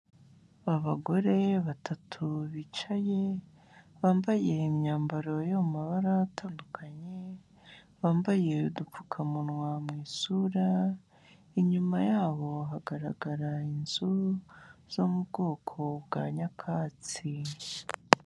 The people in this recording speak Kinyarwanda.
Abagore batatu bicaye bambaye imyambaro yo mu mabara atandukanye, bambaye udupfukamunwa mu isura, inyuma yabo hagaragara inzu zo mu bwoko bwa nyakatsi.